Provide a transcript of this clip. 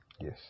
Yes